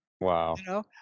Wow